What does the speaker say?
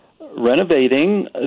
renovating